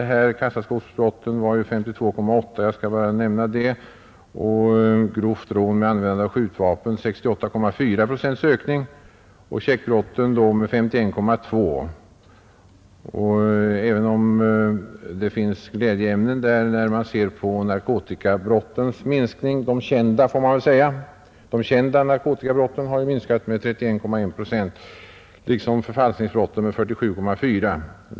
Jag skall bara nämna att antalet kassaskåpsbrott ökade med 52,8 procent, grova rån med användande av skjutvapen med 68,4 procent och checkbrott med 51,2 procent. Det är sant att det också finns glädjeämnen: narkotikabrotten — de kända, får man väl säga — har minskat med 31,1 procent liksom förfalskningsbrotten med 47,4 procent.